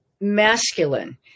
masculine